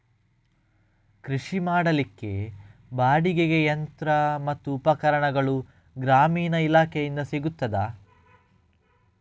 ಕೃಷಿ ಮಾಡಲಿಕ್ಕೆ ಬಾಡಿಗೆಗೆ ಯಂತ್ರ ಮತ್ತು ಉಪಕರಣಗಳು ಗ್ರಾಮೀಣ ಇಲಾಖೆಯಿಂದ ಸಿಗುತ್ತದಾ?